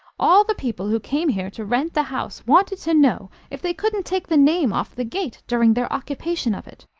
all the people who came here to rent the house wanted to know if they couldn't take the name off the gate during their occupation of it.